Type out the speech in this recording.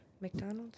McDonald's